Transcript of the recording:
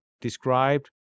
described